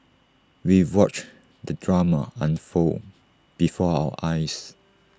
we watched the drama unfold before our eyes